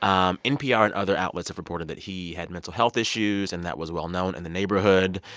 um npr and other outlets have reported that he had mental health issues, and that was well-known in the neighborhood.